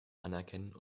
anerkennen